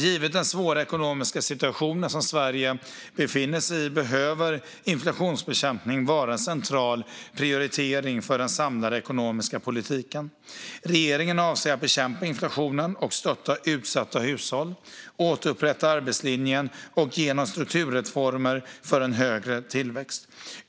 Givet den svåra ekonomiska situation som Sverige befinner sig i behöver inflationsbekämpning vara en central prioritering för den samlade ekonomiska politiken. Regeringen avser att bekämpa inflationen och stötta utsatta hushåll, återupprätta arbetslinjen och genomföra strukturreformer för en högre tillväxt.